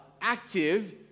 active